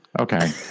Okay